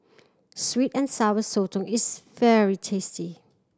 sweet and Sour Sotong is very tasty